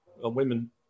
women